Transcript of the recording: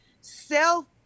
self